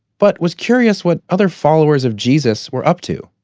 but was curious what other followers of jesus were up to.